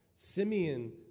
Simeon